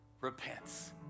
repents